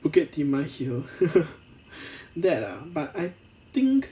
bukit timah hill that ah but I think